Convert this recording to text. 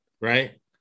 right